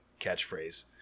catchphrase